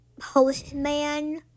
postman